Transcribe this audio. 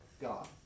God